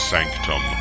Sanctum